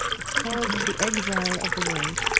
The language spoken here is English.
it's called the exile of the word.